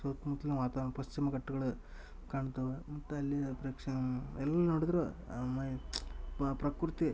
ಸುತ್ಮುತ್ಲಿನ್ ವಾತಾವರ್ಣ ಪಶ್ಚಿಮಘಟ್ಟಗಳ ಕಾಣ್ತಾವ ಮತ್ತ ಅಲ್ಲಿಯ ಪ್ರೇಕ್ಷ ಎಲ್ಲಿ ನೋಡಿದ್ದರೂ ಮ ಪ್ರಕೃತಿ